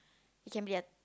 it can be a